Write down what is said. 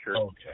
Okay